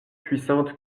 puissante